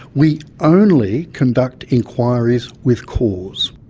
we only conduct inquiries with cause.